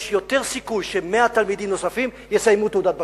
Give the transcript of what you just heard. יש יותר סיכוי ש-100 תלמידים נוספים יסיימו תעודת בגרות.